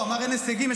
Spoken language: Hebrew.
הוא אמר שאין הישגים.